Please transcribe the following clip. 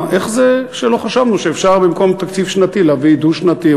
איך זה שלא חשבנו שאפשר במקום תקציב שנתי להביא דו-שנתי,